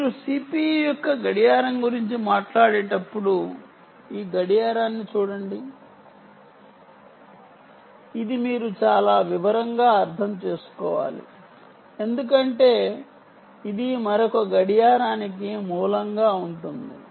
మీరు CPU యొక్క clock గురించి మాట్లాడేటప్పుడు ఈ క్లాక్ ని చూడండి ఇది మీరు చాలా వివరంగా అర్థం చేసుకోవాలి ఎందుకంటే ఇది మరొక క్లాక్ కి మూలంగా ఉంటుంది